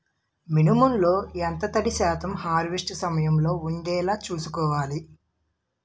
మినుములు లో ఎంత తడి శాతం హార్వెస్ట్ సమయంలో వుండేలా చుస్కోవాలి?